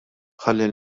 ħalli